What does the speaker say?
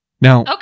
Now